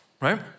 right